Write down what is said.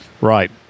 Right